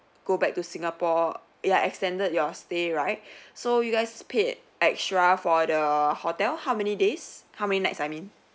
go back to singapore ya extended your stay right so you guys paid extra for the hotel how many days how many nights I mean